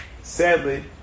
sadly